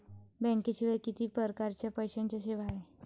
बँकेशिवाय किती परकारच्या पैशांच्या सेवा हाय?